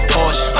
Porsche